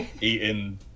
eating